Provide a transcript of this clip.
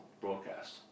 broadcast